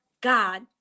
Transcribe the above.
God